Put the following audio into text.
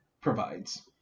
provides